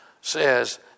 says